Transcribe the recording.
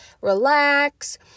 relax